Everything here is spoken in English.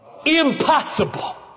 Impossible